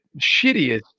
shittiest